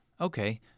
okay